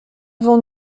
devant